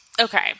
okay